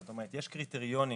זאת אומרת יש קריטריונים